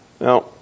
Now